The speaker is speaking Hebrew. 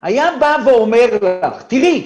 היה בא ואומר לך, תראי